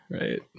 right